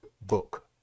book